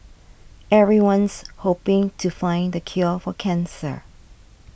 everyone's hoping to find the cure for cancer